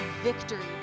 victory